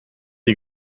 die